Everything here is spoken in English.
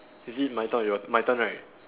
is it my turn or your my turn right